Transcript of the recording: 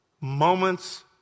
Moments